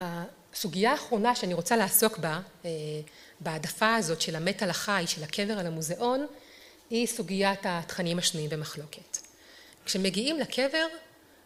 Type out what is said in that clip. הסוגיה האחרונה שאני רוצה לעסוק בה, בהעדפה הזאת של המת על החי, של הקבר על המוזיאון, היא סוגיית התכנים השנויים במחלוקת. כשמגיעים לקבר